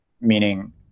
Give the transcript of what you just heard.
meaning